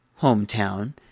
hometown